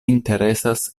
interesas